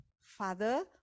father